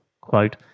quote